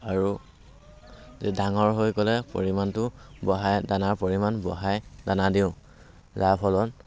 আৰু ডাঙৰ হৈ গ'লে পৰিমাণটো বঢ়াই দানাৰ পৰিমাণ বঢ়াই দানা দিওঁ ইয়াৰ ফলত